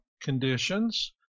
conditions